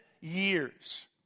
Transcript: years